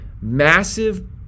massive